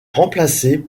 remplacée